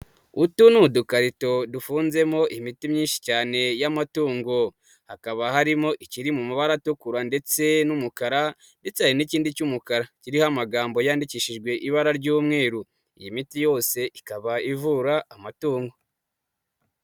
Utu ni udukarito dufunzemo imiti myinshi cyane y'amatungo, hakaba harimo ikiri mu mabara atukura ndetse n'umukara, ndetse hari n'ikindi cy'umukara kiriho amagambo yandikishijwe ibara ry'umweru, iyi miti yose ikaba ivura amatungo.